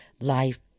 life